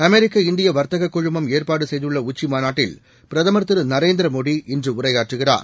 அமெரிக்க இந்தியவர்த்தககுழமம் ஏற்பாடுசெய்துள்ளஉச்சிமாநாட்டில் பிரதமர் திருநரேந்திரமோடி இன்றுஉரையாற்றுகிறார்